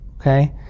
okay